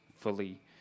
fully